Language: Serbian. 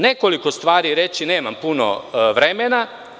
Nekoliko ću stvari reći nemam puno vremena.